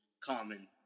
common